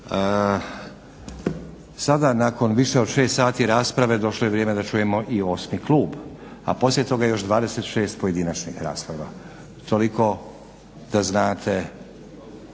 Sada nakon više od 6 sati rasprave došlo je vrijeme da čujemo i osmi klub, a poslije toga još 26 pojedinačnih rasprava. Toliko da znate